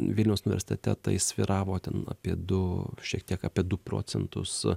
vilniaus universitete tai svyravo ten apie du šiek tiek apie du procentus